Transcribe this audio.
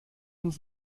uns